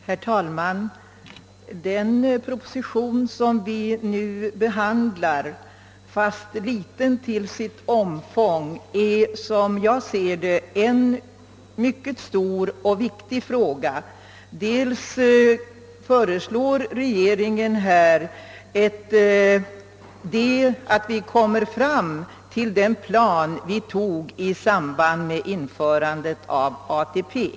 Herr talman! Propositionen nr 60 är visserligen liten till sitt omfång men behandlar en enligt min mening mycket stor och viktig fråga. Om regeringens förslag där bifalles innebär det att vi kan fullfölja den plan för folkpensionärerna som vi antog i samband med införandet av ATP.